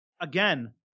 again